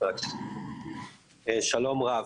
שלום רב,